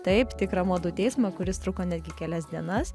taip tikrą modų teismą kuris truko netgi kelias dienas